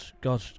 God